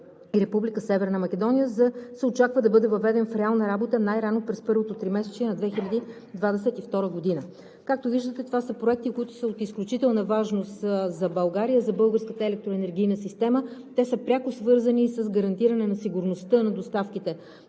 Северна Македония се очаква да бъде въведен в реална работа най-рано през първото тримесечие на 2022 г. Както виждате, това са проекти от изключителна важност за България и за българската електроенергийна система. Те са пряко свързани и с гарантиране на сигурността на доставките